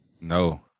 No